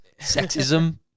sexism